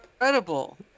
incredible